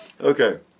Okay